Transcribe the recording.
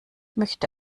möchte